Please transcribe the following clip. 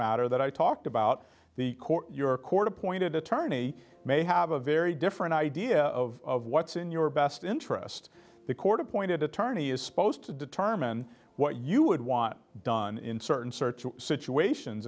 matter that i talked about the court your court appointed attorney may have a very different idea of what's in your best interest the court appointed attorney is supposed to determine what you would want done in certain search situations